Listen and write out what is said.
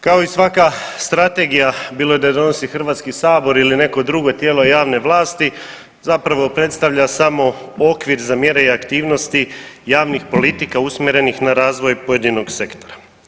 Kao i svaka strategija bilo da je donosi Hrvatski sabor ili neko drugo tijelo javne vlasti zapravo predstavlja samo okvir za mjere i aktivnosti javnih politika usmjerenih na razvoj pojedinog sektora.